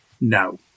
no